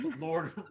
lord